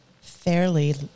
fairly